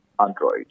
Android